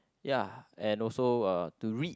ya and also uh to read